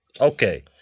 Okay